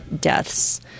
deaths